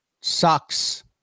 sucks